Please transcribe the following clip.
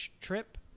trip